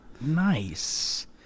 Nice